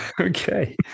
okay